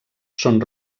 són